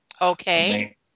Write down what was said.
Okay